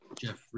Jeffrey